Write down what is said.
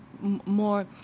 more